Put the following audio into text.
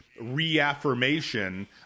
reaffirmation